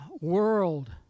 world